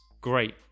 great